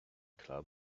club